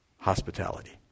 hospitality